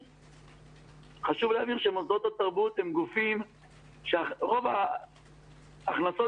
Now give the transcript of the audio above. שזאת התייעלות שנתית של 10%. חשוב להבין שההתייעלות